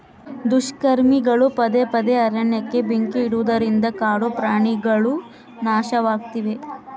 ದುಷ್ಕರ್ಮಿಗಳು ಪದೇ ಪದೇ ಅರಣ್ಯಕ್ಕೆ ಬೆಂಕಿ ಇಡುವುದರಿಂದ ಕಾಡು ಕಾಡುಪ್ರಾಣಿಗುಳು ನಾಶವಾಗ್ತಿವೆ